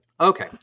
Okay